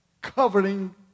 covering